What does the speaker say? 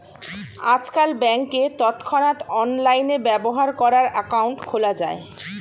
আজকাল ব্যাংকে তৎক্ষণাৎ অনলাইনে ব্যবহার করার অ্যাকাউন্ট খোলা যায়